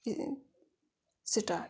یہِ سِٹارٹ